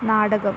നാടകം